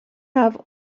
have